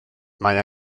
mae